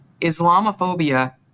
Islamophobia